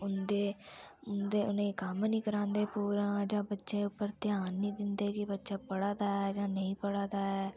उं'दे उं'दे उ'नें गी कम्म नि करांदे पूरा जां बच्चे उप्पर ध्यान निं दिंदे कि बच्चा पढ़ा दा ऐ जां नेईं पढ़ा दा ऐ